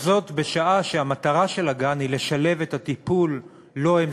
בשעה שהמטרה של הגן היא לשלב את הטיפול שהם